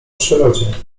przyrodzie